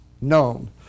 known